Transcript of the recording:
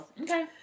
Okay